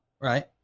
Right